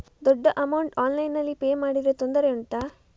ದೊಡ್ಡ ಅಮೌಂಟ್ ಆನ್ಲೈನ್ನಲ್ಲಿ ಪೇ ಮಾಡಿದ್ರೆ ತೊಂದರೆ ಉಂಟಾ?